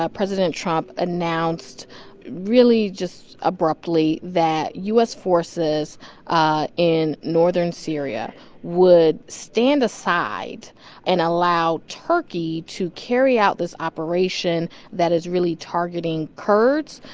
ah president trump announced really just abruptly that u s. forces ah in northern syria would stand aside and allow turkey to carry out this operation that is really targeting kurds,